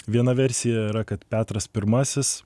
viena versija yra kad petras pirmasis